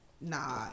Nah